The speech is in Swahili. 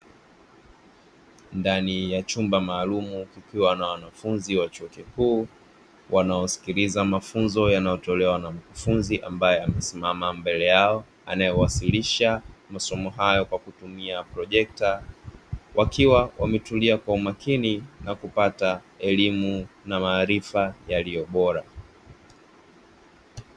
Ndani ya chumba maalumu kukiwa na mwanafunzi wa chuo kikuu wanaosikiliza mafunzo yanayotolewa na mkufunzi ambae amesimama mbele yao; anayewasilisha masomo hao kwa kutumia "Projekta" wakiwa wametulia kwa umakini na kupata elimu na maarifa yaliyo bora.